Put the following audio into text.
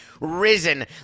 risen